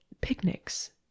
picnics